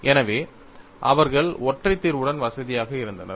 எனவே அவர்கள் ஒற்றை தீர்வுடன் வசதியாக இருந்தனர்